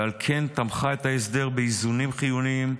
ועל כן תמכה את ההסדר באיזונים חיוניים,